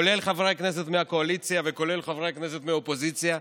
כולל חברי כנסת מהקואליציה וכולל חברי כנסת מהאופוזיציה,